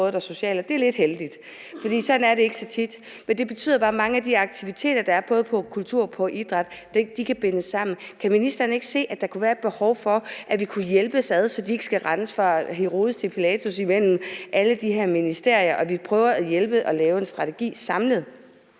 det er lidt heldigt, for sådan er det ikke så tit, men det betyder bare, at mange af de aktiviteter, der er på både kultur- og idrætsområdet kan bindes sammen. Kan ministeren ikke se, at der kunne være et behov for, at vi kunne hjælpes ad, så man ikke skal rende fra Herodes til Pilatus imellem alle de her ministerier, og at vi prøver at hjælpe og lave en samlet